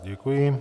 Děkuji.